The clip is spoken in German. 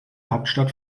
hauptstadt